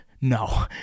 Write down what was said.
no